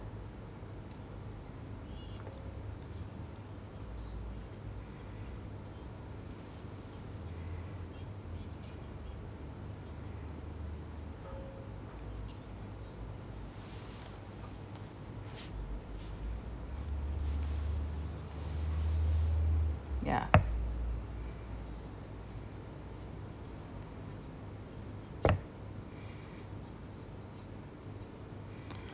ya